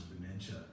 dementia